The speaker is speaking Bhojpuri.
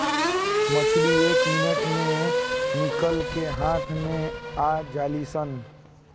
मछली एके मिनट मे निकल के हाथ मे आ जालीसन